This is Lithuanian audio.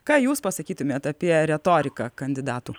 ką jūs pasakytumėt apie retoriką kandidatų